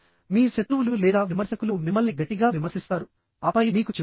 మీ శత్రువులు లేదా విమర్శకులు మిమ్మల్ని గట్టిగా విమర్శిస్తారు ఆపై మీకు చెబుతారు